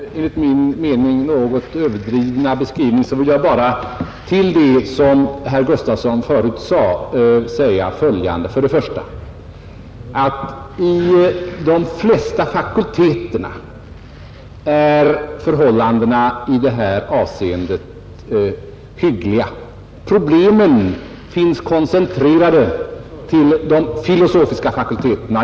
Herr talman! Med anledning av herr Nordstrandhs enligt min mening något överdrivna beskrivning vill jag bara utöver det som herr Gustafsson i Barkarby förut sade anföra följande. Först och främst är förhållandena vid de flesta fakulteterna i det här avseendet hyggliga. Problemen finns koncentrerade till de filosofiska fakulteterna.